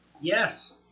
Yes